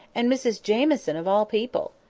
and mrs jamieson, of all people!